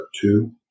two